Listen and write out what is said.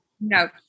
No